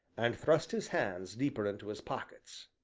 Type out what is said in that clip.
and thrust his hands deeper into his pockets.